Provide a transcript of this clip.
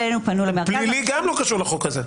להבנתי פלילי גם לא קשור לחוק הזה.